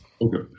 Okay